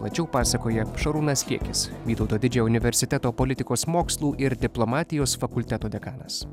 plačiau pasakoja šarūnas liekis vytauto didžiojo universiteto politikos mokslų ir diplomatijos fakulteto dekanas